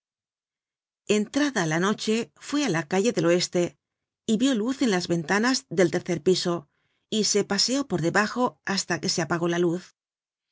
entrada la noche fué á la calle del oeste y vió luz en las ventanas del tercer piso y se paseó por debajo hasta que se apagó la luz